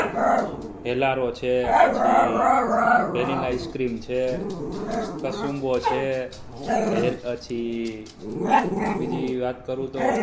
હેલારો છે પછી vanilla ice cream છે કસુંબો છે પહેલ પછી બીજી વાત કરું તો